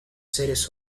seres